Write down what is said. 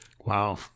Wow